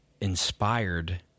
inspired